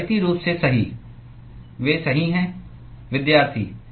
गणितीय रूप से सही